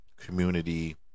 community